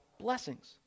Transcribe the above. blessings